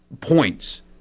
points